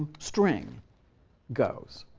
string goes.